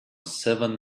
seven